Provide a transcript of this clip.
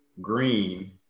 green